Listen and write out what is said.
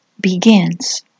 begins